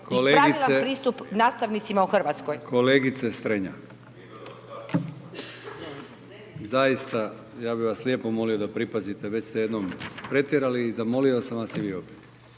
i pravilan pristup nastavnicima u Hrvatskoj. **Brkić, Milijan (HDZ)** Kolegice Strenja, zaista ja bih vas lijepo molio da pripazite, već ste jednom pretjerali i zamolio sam vas i vi opet.